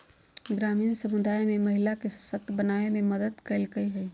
ग्रामीण समुदाय में महिला के सशक्त बनावे में मदद कइलके हइ